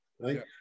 Right